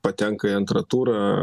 patenka į antrą turą